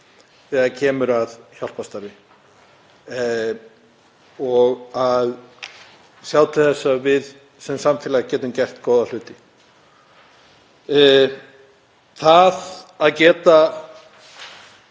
þegar kemur að hjálparstarfi og að sjá að við sem samfélag getum gert góða hluti. Það að geta